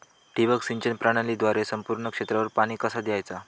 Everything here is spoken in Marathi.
ठिबक सिंचन प्रणालीद्वारे संपूर्ण क्षेत्रावर पाणी कसा दयाचा?